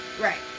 Right